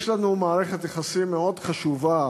יש לנו מערכת יחסים מאוד חשובה